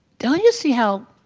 don't you see how.